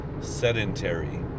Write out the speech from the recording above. sedentary